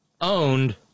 owned